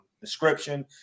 description